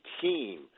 team